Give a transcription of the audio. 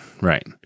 right